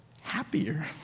happier